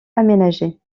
aménagés